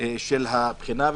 של הבחינה,